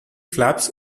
flaps